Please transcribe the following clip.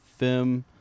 Fim